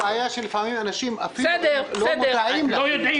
יש בעיה שלפעמים אנשים אפילו לא מודעים להפקעה.